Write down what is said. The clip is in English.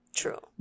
true